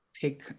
take